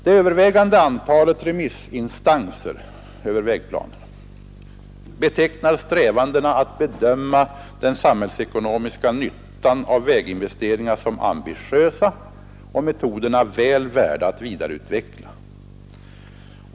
Det övervägande antalet remissinstanser över vägplanen betecknar strävandena att bedöma den samhällsekonomiska nyttan av väginvesteringar som ambitiösa och metoderna väl värda att vidareutveckla.